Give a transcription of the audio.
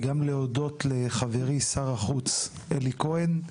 וגם להודות לחברי שר החוץ אלי כהן,